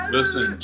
Listen